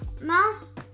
Mouse